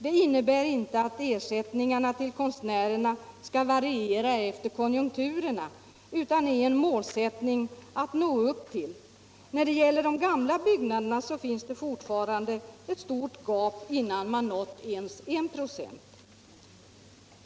Det innebär inte att ersättningarna till konstnärerna skall variera med konjunkturerna, utan det innebär en målsättning att nå upp till. För gamla byggnader finns det fortfarande ett stort gap innan ens 1 96 har uppnåtts.